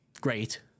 great